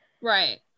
Right